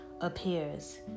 Appears